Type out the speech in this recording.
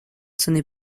sonnait